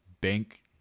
bank